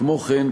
כמו כן,